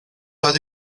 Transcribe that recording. oedd